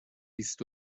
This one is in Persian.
بیست